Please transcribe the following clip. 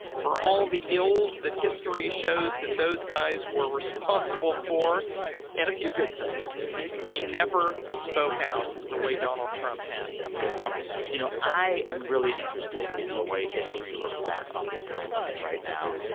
for all the ills that history shows that those guys were responsible for and a few good things they never spoke out the way donald trump has and it's something. you know, i am really interested in the way history looks back on this time we're in right now.